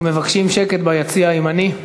אנחנו מבקשים שקט ביציע הימני.